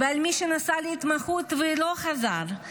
מי שנסע להתמחות ולא חזר,